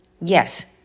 Yes